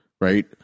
right